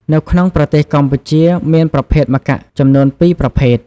នៅក្នុងប្រទេសកម្ពុជាមានប្រភេទផ្លែម្កាក់ចំនួន ពីរប្រភេទ។